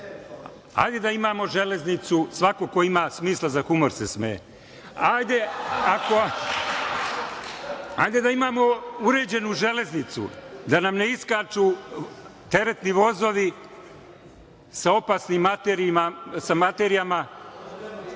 Ajde da imamo železnicu, svako ko ima smisla za humor se smeje, ajde da imamo uređenu železnicu da nam se iskaču teretni vozovi sa opasnim materijama,